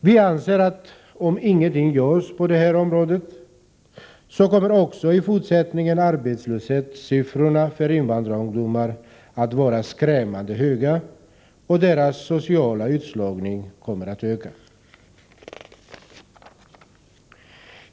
Vi anser att om ingenting görs på detta område, kommer arbetslöshetssiffrorna för invandrarungdomarna även i fortsättningen att vara skrämmande höga och deras sociala utslagning att öka.